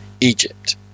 Egypt